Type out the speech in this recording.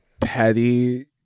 petty